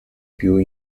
più